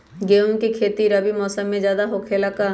गेंहू के खेती रबी मौसम में ज्यादा होखेला का?